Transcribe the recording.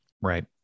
right